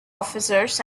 officers